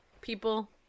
People